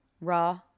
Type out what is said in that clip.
raw